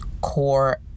core